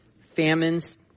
famines